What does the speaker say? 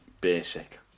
basic